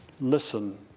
Listen